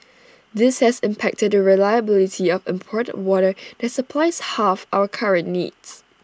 this has impacted the reliability of imported water that supplies half our current needs